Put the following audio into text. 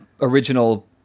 original